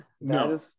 No